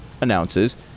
announces